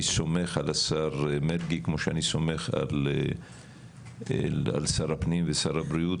אני סומך על השר מרגי כמו שאני סומך על שר הפנים ושר הבריאות,